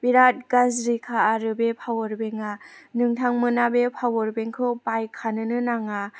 बिराद गाज्रिखा आरो बे पावार बेंकआ नोंथांमोना बे पावार बेंकखौ बायखानोनो नाङा